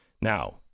now